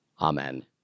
Amen